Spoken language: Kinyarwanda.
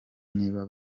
niba